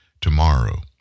tomorrow